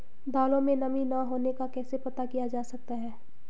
दालों में नमी न होने का कैसे पता किया जा सकता है?